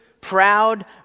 proud